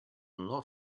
not